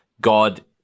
God